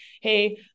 Hey